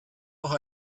noch